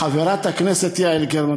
חברת הכנסת יעל גרמן,